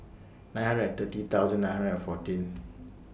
nine hundred and thirty thousand nine hundred and fourteen